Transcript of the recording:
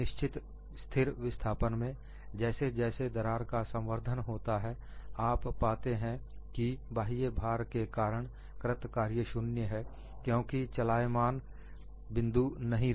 निश्चित स्थिर विस्थापन में जैसे जैसे दरार का संवर्धन होता है आप पाते हैं कि बाह्य भार के कारण कृत कार्य शून्य है क्योंकि बिंदु चलायमान नहीं रहे